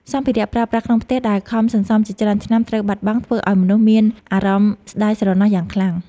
សម្ភារៈប្រើប្រាស់ក្នុងផ្ទះដែលខំសន្សំជាច្រើនឆ្នាំត្រូវបាត់បង់ ធ្វើឱ្យមនុស្សមានអារម្មណ៍ស្តាយស្រណោះយ៉ាងខ្លាំង។